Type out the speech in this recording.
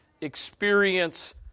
Experience